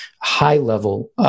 high-level